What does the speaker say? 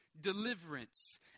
deliverance